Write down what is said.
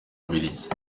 bubiligi